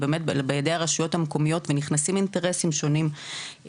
ברשויות ונכנסים אינטרסים שונים,